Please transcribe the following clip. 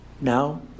now